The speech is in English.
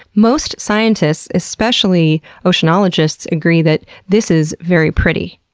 most scientists, especially oceanologists, agree that this is very pretty.